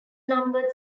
numbered